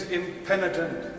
impenitent